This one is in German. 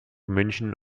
münchen